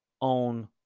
own